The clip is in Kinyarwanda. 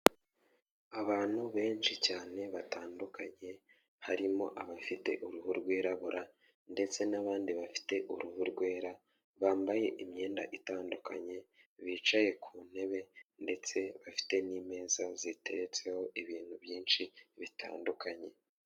Abantu benshi cyane batandukanye harimo abafite uruhu rwirabura ndetse n'abandi bafite uruhu rwera bambaye imyenda itandukanye bicaye ku ntebe ndetse bafite n'imeza zitetseho ibintu byinshi bitandukanye.